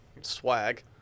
Swag